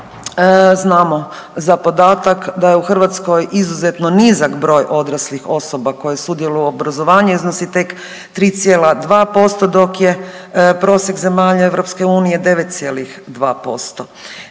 Znamo za podatak da je u Hrvatskoj izuzetno nizak broj odraslih osoba koje sudjeluju u obrazovanju, iznosi tek 3,2% dok je prosjek zemalja EU 9,2%.